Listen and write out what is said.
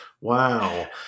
Wow